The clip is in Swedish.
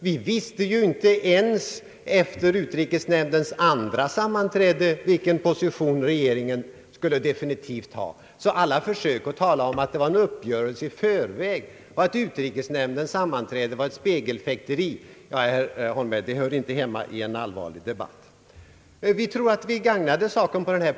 Vi visste ju inte ens efter utrikesnämndens andra sammanträde, vilken position regeringen definitivt skulle ta. Alla försök att tala om att det var en uppgörelse i förväg och att utrikesnämndens sammanträde var ett spegelfäkteri, herr Holmberg, hör inte hemma i en allvarlig debatt. Vi ansåg att vi gagnade saken.